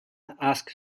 asked